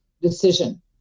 decision